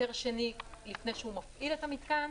היתר שני לפני שהוא מפעיל את המתקן,